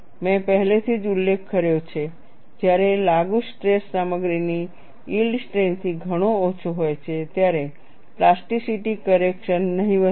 મેં પહેલેથી જ ઉલ્લેખ કર્યો છે જ્યારે લાગુ સ્ટ્રેસ સામગ્રીની યીલ્ડ સ્ટ્રેન્થથી ઘણો ઓછો હોય છે ત્યારે પ્લાસ્ટિસિટી કરેક્શન નહિવત્ છે